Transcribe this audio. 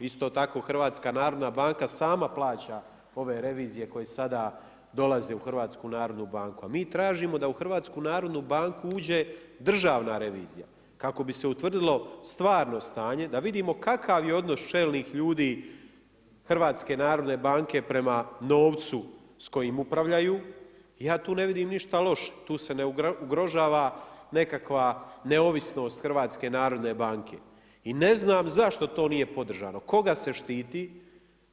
Isto tako HNB sama plaća ove revizije koje sada dolaze u HNB a mi tražimo da u HNB uđe Državna revizija kako bise utvrdilo stvarno stanje, da vidimo kakav je odnos čelnih ljudi HNB-a prema novcu s kojim upravljaju, ja tu ne vidim ništa loše, tu se ne ugrožava nekakva neovisnost HNB-a i ne znam zašto to nije podržano, koga se štiti,